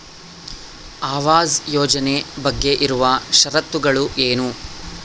ಆವಾಸ್ ಯೋಜನೆ ಬಗ್ಗೆ ಇರುವ ಶರತ್ತುಗಳು ಏನು?